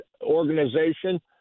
organization